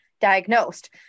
diagnosed